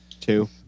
two